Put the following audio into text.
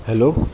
hello